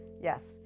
yes